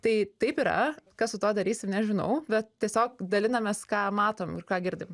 tai taip yra kas su tuo darysim nežinau bet tiesiog dalinamės ką matom ir ką girdim